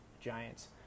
giants